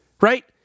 right